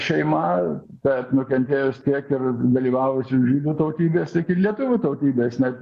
šeima bet nukentėjus tiek ir dalyvavusių žydų tautybės tiek ir lietuvių tautybės net